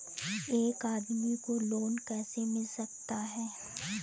एक आदमी को लोन कैसे मिल सकता है?